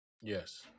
Yes